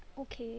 okay